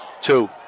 two